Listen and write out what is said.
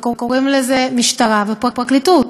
וקוראים לו המשטרה והפרקליטות.